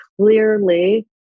clearly